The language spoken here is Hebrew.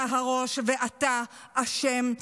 אתה הראש ואתה אשם.